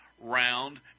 Round